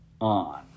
on